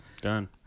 Done